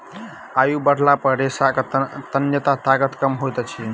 आयु बढ़ला पर रेशाक तन्यता ताकत कम होइत अछि